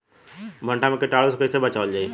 भनटा मे कीटाणु से कईसे बचावल जाई?